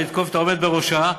ולתקוף את העומד בראשה,